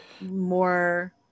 more